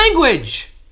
language